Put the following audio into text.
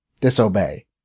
disobey